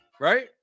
right